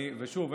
ושוב,